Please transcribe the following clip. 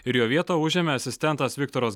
ir jo vietą užėmė asistentas viktoras